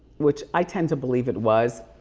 which i tend to believe it was.